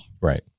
Right